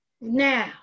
now